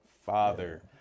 father